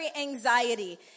anxiety